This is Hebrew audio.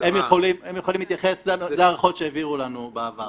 הם יכולים להתייחס להערכות שהעבירו לנו בעבר.